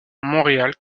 montréal